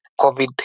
COVID